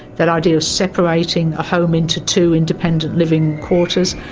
that idea of separating a home into two independent living quarters.